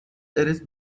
erase